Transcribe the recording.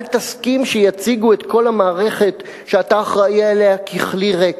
אל תסכים שיציגו את כל המערכת שאתה אחראי לה ככלי ריק.